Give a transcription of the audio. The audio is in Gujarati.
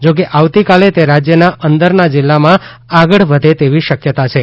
જો કે આવતીકાલે તે રાજ્યના અંદરના જીલ્લામાં આગળ વધે તેવી શક્યતા છે